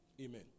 Amen